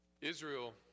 Israel